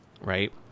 right